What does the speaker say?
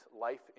life